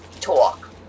talk